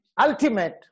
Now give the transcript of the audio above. ultimate